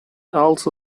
also